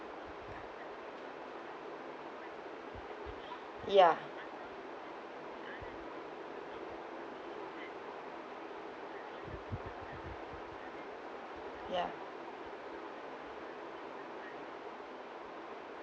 ya ya